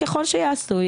ככל שיעשו,